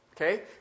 Okay